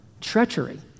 treachery